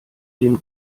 den